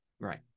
Right